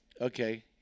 Okay